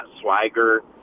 swagger